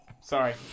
Sorry